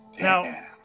Now